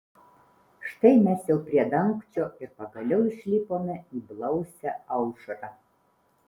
štai mes jau prie dangčio ir pagaliau išlipome į blausią aušrą